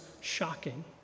shocking